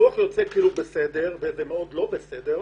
הדיווח יוצא כאילו הוא בסדר וזה מאוד לא בסדר.